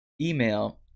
email